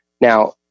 Now